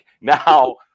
Now